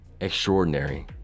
extraordinary